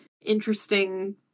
interesting